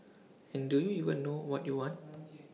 and do you even know what you want